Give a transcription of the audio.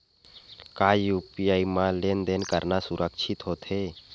का यू.पी.आई म लेन देन करना सुरक्षित होथे?